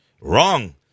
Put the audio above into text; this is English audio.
Wrong